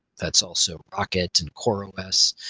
that's also rocket and core um os,